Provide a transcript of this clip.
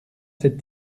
cette